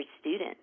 students